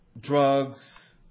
drugs